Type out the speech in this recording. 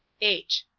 h.